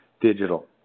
digital